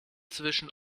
zwischen